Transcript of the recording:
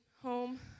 home